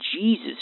Jesus